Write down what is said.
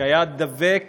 שדבק